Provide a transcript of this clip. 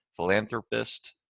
Philanthropist